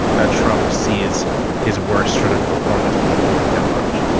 that trump sees his worst sort of performance with the public at large.